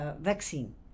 vaccine